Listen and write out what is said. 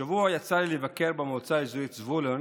השבוע יצא לי לבקר במועצה אזורית זבולון